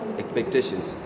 expectations